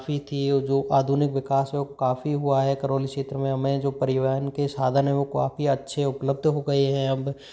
वो काफ़ी थी जो आधुनिक विकास हो काफ़ी हुआ है करौली क्षेत्र में हमें जो परिवहन के साधन है वो काफ़ी अच्छे उपलब्ध हो गए हैं अब